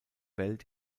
welt